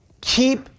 keep